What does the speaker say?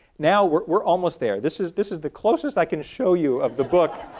now we're almost there. this is this is the closest i can show you of the book.